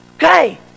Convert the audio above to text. Okay